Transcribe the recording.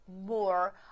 more